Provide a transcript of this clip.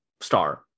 star